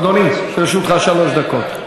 אדוני, לרשותך שלוש דקות.